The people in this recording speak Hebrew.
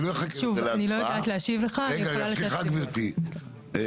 רגע סליחה גברתי,